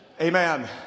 amen